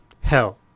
hell –